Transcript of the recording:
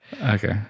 okay